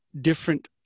different